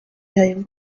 gaillon